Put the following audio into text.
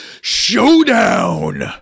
SHOWDOWN